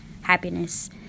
happiness